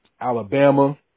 Alabama